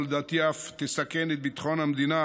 שלדעתי אף תסכן את ביטחון המדינה